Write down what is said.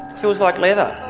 feels like leather,